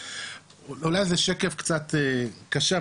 אולי זה שקף קצת קשה,